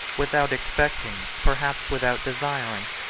without expecting, perhaps without desiring,